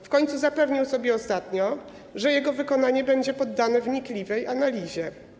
W końcu zapewniał ostatnio, że jego wykonanie będzie poddane wnikliwej analizie.